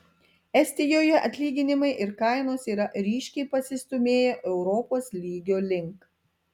estijoje atlyginimai ir kainos yra ryškiai pasistūmėję europos lygio link